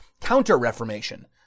counter-reformation